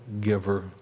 giver